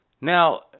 Now